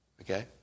Okay